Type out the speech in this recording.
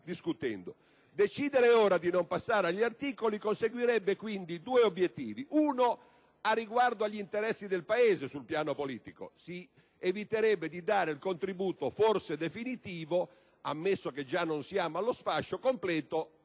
Decidere ora di non passare agli articoli conseguirebbe quindi due obiettivi: il primo riguarda gli interessi del Paese sul piano politico, poiché si eviterebbe di dare il contributo, forse definitivo, ammesso che già non ci siamo, al processo